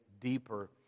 deeper